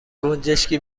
گنجشکی